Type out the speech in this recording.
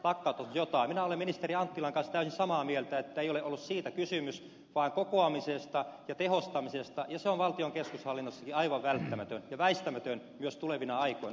minä olen ministeri anttilan kanssa täysin samaa mieltä että ei ole ollut siitä kysymys vaan kokoamisesta ja tehostamisesta ja se on valtion keskushallinnossakin aivan välttämätöntä ja väistämätöntä myös tulevina aikoina